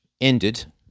ended